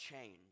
change